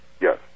Yes